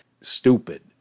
stupid